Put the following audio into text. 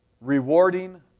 rewarding